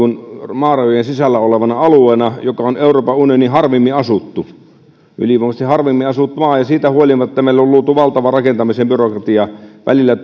maarajojen sisällä olevana alueena joka on euroopan unionin harvimmin asuttu ylivoimaisesti harvimmin asuttu maa ja siitä huolimatta meillä on luotu valtava rakentamisen byrokratia välillä